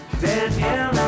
Danielle